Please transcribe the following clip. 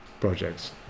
projects